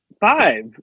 five